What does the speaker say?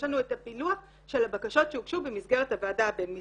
יש לנו את הפילוח של הבקשות שהוגשו במסגרת הוועדה הבין משרדית.